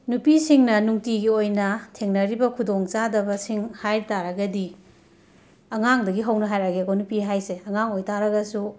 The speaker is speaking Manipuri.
ꯅꯨꯄꯤꯁꯤꯡꯅ ꯅꯨꯡꯇꯤꯒꯤ ꯑꯣꯏꯅ ꯊꯦꯡꯅꯔꯤꯕ ꯈꯨꯗꯣꯡꯆꯥꯗꯕꯁꯤꯡ ꯍꯥꯏꯕ ꯇꯥꯔꯒꯗꯤ ꯑꯉꯥꯡꯗꯒꯤ ꯍꯧꯅ ꯍꯥꯏꯔꯛꯑꯒꯦꯀꯣ ꯅꯨꯄꯤ ꯍꯥꯏꯁꯦ ꯑꯉꯥꯡ ꯑꯣꯏꯕ ꯇꯥꯔꯒꯁꯨ